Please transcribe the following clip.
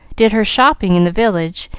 did her shopping in the village,